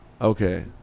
Okay